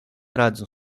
redzu